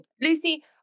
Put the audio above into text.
Lucy